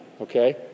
okay